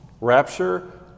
Rapture